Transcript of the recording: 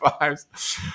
fives